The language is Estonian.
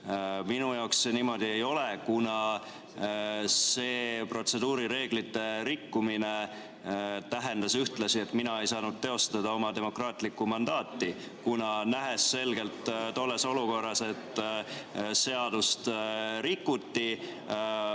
Minu jaoks see niimoodi ei ole, kuna see protseduurireeglite rikkumine tähendas ühtlasi, et mina ei saanud teostada oma demokraatlikku mandaati. Nähes selgelt tolles olukorras, et seadust rikuti,